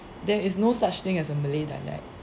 there is no such thing as a malay dialect